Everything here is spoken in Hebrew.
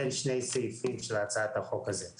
בין שני הסעיפים של הצעת החוק הזאת.